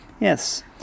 yes